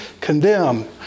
condemn